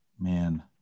man